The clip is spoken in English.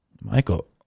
Michael